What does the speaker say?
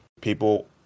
people